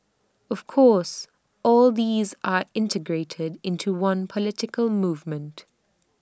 of course all these are integrated into one political movement